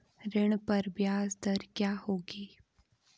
ऋण पर ब्याज दर क्या होगी?